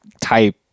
type